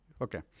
Okay